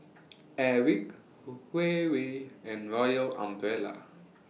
Airwick Huawei and Royal Umbrella